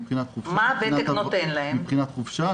מבחינת חופשה,